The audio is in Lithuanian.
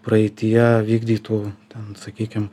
praeityje vykdytų ten sakykim